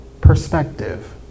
perspective